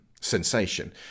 sensation